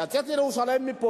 לצאת מפה,